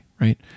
right